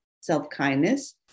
self-kindness